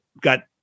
got